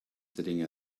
sitting